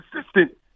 assistant